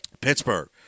Pittsburgh